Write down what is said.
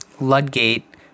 Ludgate